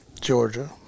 Georgia